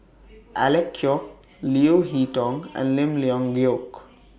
Alec Kuok Leo Hee Tong and Lim Leong Geok